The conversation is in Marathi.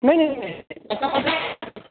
नाही नाही नाही